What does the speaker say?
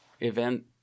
event